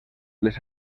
les